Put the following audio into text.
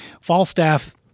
Falstaff